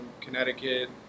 Connecticut